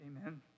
Amen